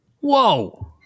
Whoa